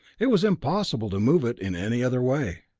it was impossible to move it in any other way.